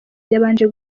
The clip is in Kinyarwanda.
yabanje